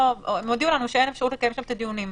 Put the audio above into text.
הם הודיעו לנו שאין אפשרות לקיים שם את הדיונים.